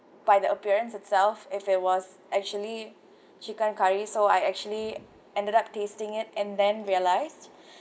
by the appearance itself if it was actually chicken curry so I actually ended up tasting it and then realised